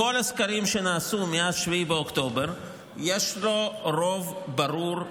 בכל הסקרים שנעשו מאז 7 באוקטובר יש לו רוב ברור,